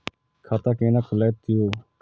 खाता केना खुलतै यो